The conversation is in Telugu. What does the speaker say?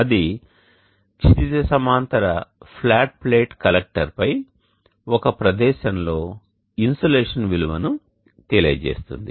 అది క్షితిజ సమాంతర ఫ్లాట్ ప్లేట్ కలెక్టర్పై ఒక ప్రదేశంలో ఇన్సోలేషన్ విలువను తెలియజేస్తుంది